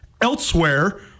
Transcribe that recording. elsewhere